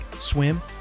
swim